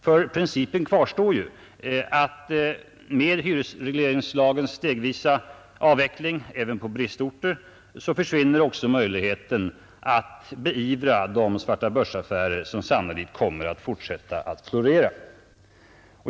Principproblemet kvarstår ju; med hyresregleringens avveckling stegvis även på bristorter försvinner också möjligheten att beivra de svartabörsaffärer som sannolikt kommer att fortsätta att florera.